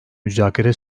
müzakere